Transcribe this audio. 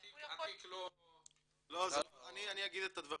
הוא יכול --- אני אגיד את הדברים,